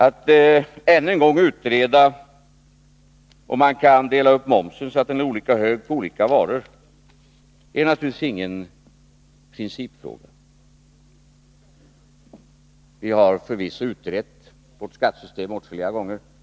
Huruvida man än en gång skall utreda om momsen kan delas upp, så att den blir olika hög på olika varor, är naturligtvis ingen principfråga. Vi har förvisso utrett vårt skattesystem åtskilliga gånger.